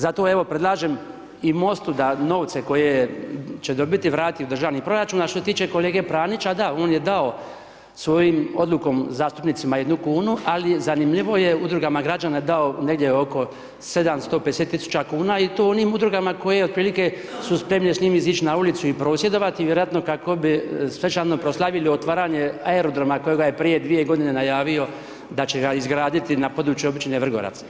Zato, evo, predlažem i MOST-u da novce koje će dobiti, vrate u državni proračun, a što se tiče kolege Pranića, da, on je dao svojom odlukom zastupnicima jednu kunu, ali zanimljivo je, Udrugama građana je dao negdje oko 750.000,00 kn i to onim Udrugama koje otprilike su spremne s njim izići na ulicu i prosvjedovati vjerojatno kako bi svečano proslavili otvaranje Aerodroma kojega je prije dvije godine najavio da će ga izgraditi na području općine Vrgorac.